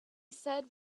said